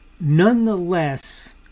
nonetheless